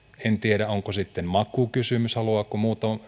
en tiedä onko sitten makukysymys haluavatko